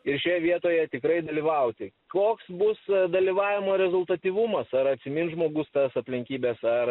ir šioje vietoje tikrai dalyvauti koks bus dalyvavimo rezultatyvumas ar atsimins žmogus tas aplinkybes ar